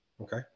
Okay